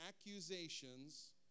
accusations